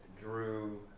Drew